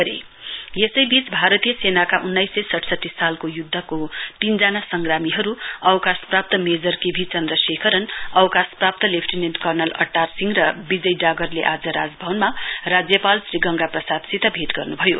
वर veterans meet governor यसैबीच भारतीय सेनाका उन्नाइस सय सडसठी सालको युद्धको तीनजना संग्रामीहरु अवकाश प्राप्त मेजर के भी चन्द्रशेखरन अवकाश प्राप्त लेफ्टिनेण्ट कर्णल अट्टार सिंह र विजय डागरले आज रहाजभवनमा राज्यपाल श्री गंगा प्रसादसित भेट गर्नुभयो